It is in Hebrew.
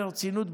ברצינות,